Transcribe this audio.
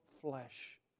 flesh